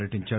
పర్యటించారు